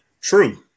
True